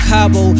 Cabo